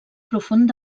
profund